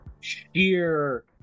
sheer